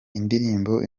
indirimbo